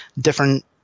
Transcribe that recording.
different